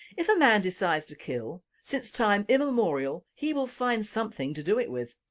if a man decides to kill, since time immemorial he will find something to do it with.